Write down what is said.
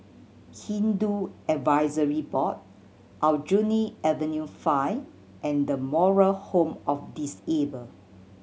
Hindu Advisory Board Aljunied Avenue Five and The Moral Home of Disabled